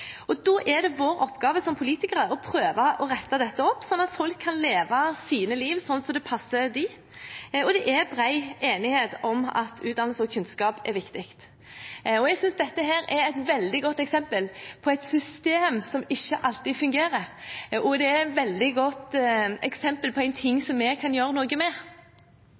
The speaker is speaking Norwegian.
til. Da er det vår oppgave som politikere å prøve å rette det opp, slik at folk kan leve livet sitt slik som det passer dem. Det er bred enighet om at utdannelse og kunnskap er viktig. Jeg synes dette er et veldig godt eksempel på et system som ikke alltid fungerer, og det er et veldig godt eksempel på noe som vi kan gjøre noe med.